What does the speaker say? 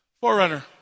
Forerunner